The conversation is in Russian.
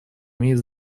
имеет